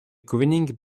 grinning